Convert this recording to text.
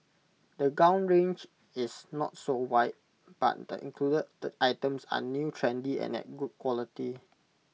the gown range is not so wide but the included items are new trendy and at good quality